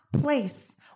place